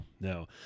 no